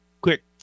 quick